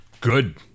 Good